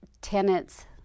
tenants